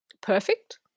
perfect